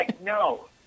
no